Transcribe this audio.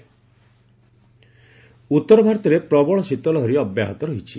ଓ୍ବେଦର ଉତ୍ତରଭାରତରେ ପ୍ରବଳ ଶୀତ ଲହରୀ ଅବ୍ୟାହତ ରହିଛି